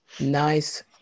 Nice